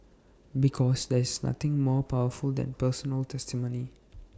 because there is nothing more powerful than personal testimony